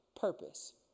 purpose